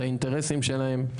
את האינטרסים שלהם,